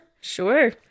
Sure